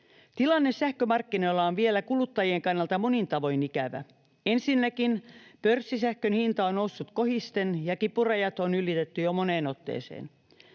Tilanne sähkömarkkinoilla on vielä kuluttajien kannalta monin tavoin ikävä. Ensinnäkin pörssisähkön hinta on noussut kohisten ja kipurajat on ylitetty jo moneen otteeseen.